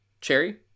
cherry